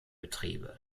betriebe